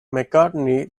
mccartney